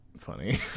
funny